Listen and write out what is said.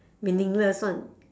meaningless one